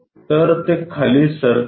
तर ते खाली सरकवू